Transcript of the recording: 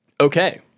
okay